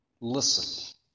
Listen